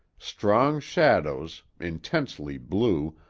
strong shadows, intensely blue,